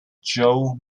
joe